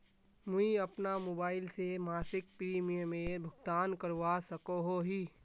मुई अपना मोबाईल से मासिक प्रीमियमेर भुगतान करवा सकोहो ही?